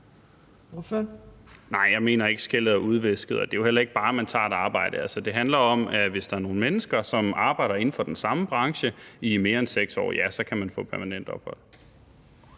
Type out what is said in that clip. (SF): Nej, jeg mener ikke, at skellet er udvisket, og det er jo ikke nok, at man bare tager et arbejde. Det handler om, at hvis der er nogle mennesker, som arbejder inden for den samme branche i mere end 6 år, så kan de få permanent ophold.